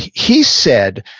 he he said,